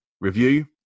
review